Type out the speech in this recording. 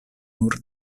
nur